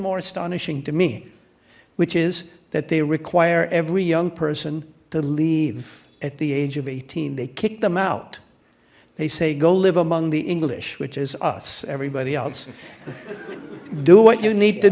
astonishing to me which is that they require every young person to leave at the age of eighteen they kick them out they say go live among the english which is us everybody else do what you need to